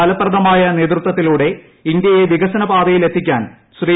ഫലപ്രദമായ നേതൃത്വത്തിലൂടെ ഇന്ത്യയെ വികസനപാതയിൽ എത്തിക്കാൻ ശ്രീ